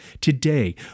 Today